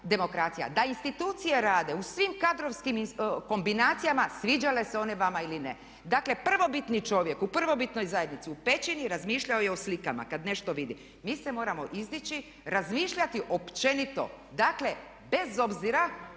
Da institucije rade u svim kadrovskim kombinacijama sviđale se one vama ili ne. Dakle, prvobitni čovjek u prvobitnoj zajednici u pećini razmišljao je o slikama kad nešto vidi. Mi se moramo izdići, razmišljati općenito, dakle bez obzira